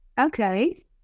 okay